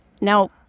Now